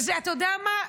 ואתה יודע מה?